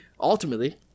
ultimately